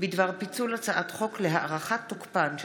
בדבר פיצול הצעת חוק להארכת תוקפן של